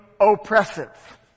oppressive